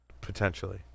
Potentially